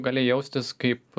gali jaustis kaip